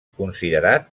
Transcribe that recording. considerat